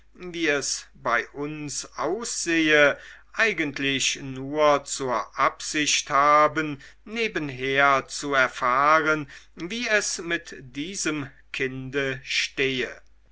bei uns aussehe eigentlich nur zur absicht haben nebenher zu erfahren wie es mit diesem kinde stehe